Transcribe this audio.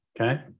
okay